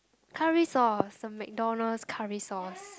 curry sauce the McDonald's curry sauce